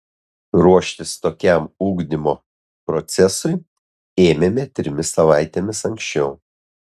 ruoštis tokiam ugdymo procesui ėmėme trimis savaitėmis anksčiau